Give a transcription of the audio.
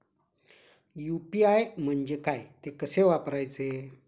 UPI म्हणजे काय, ते कसे वापरायचे?